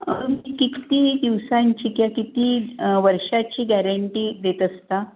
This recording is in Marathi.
मी किती दिवसांची किंवा किती वर्षाची गॅरंटी देत असता